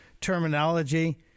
terminology